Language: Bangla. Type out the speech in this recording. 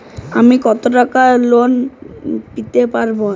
আমি কত টাকা লোন পেতে পারি?